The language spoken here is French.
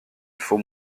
faut